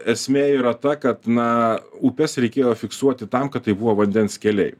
esmė yra ta kad na upes reikėjo fiksuoti tam kad tai buvo vandens keliai